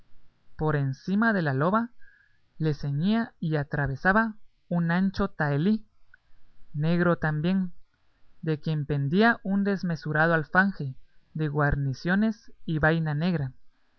por encima de la loba le ceñía y atravesaba un ancho tahelí también negro de quien pendía un desmesurado alfanje de guarniciones y vaina negra